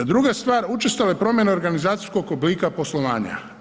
Druga stvar, učestale promjene organizacijskog oblika poslovanja.